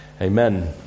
Amen